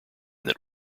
that